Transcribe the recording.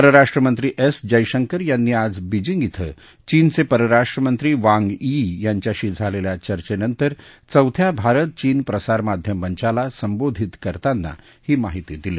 परराष्ट्रमंत्री एस जयशंकर यांनी आज बीजींग क्वें चीनचे परराष्ट्रमंत्री वांग यी यांच्याशी झालेल्या चर्चेनंतर चौथ्या भारत चीन प्रसारमाध्यम मंचाला संबोधित करताना ही माहिती दिली